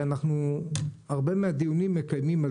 הרי הרבה מהדיונים אנחנו מקיימים על